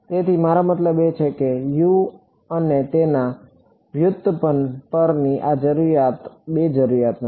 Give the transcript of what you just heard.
તેથી મારો મતલબ એ છે કે U અને તેના વ્યુત્પન્ન પરની આ જરૂરિયાત બે જરૂરિયાતો નથી